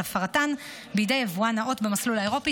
ועל הפרתן בידי יבואן נאות במסלול האירופי